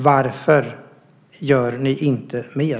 Varför gör ni inte mer?